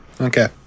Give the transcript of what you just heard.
Okay